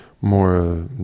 more